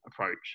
approach